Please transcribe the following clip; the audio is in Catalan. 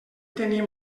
tenim